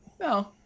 No